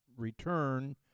Return